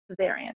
cesarean